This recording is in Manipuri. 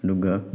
ꯑꯗꯨꯒ